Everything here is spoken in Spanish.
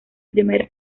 primer